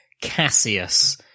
Cassius